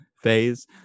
phase